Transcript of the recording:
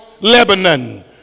Lebanon